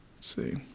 See